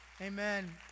Amen